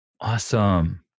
awesome